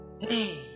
Hey